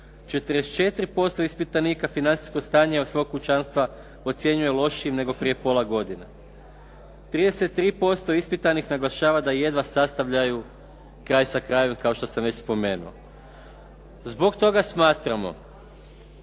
44% ispitanika financijsko stanje svog kućanstva ocjenjuje lošijim nego prije pola godine. 33% ispitanih naglašava da jedva sastavljaju kraj sa krajem, kao što sam već spomenuo. Zbog toga smatramo